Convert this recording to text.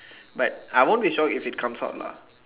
but I won't be sold if it comes out lah